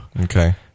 Okay